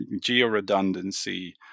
geo-redundancy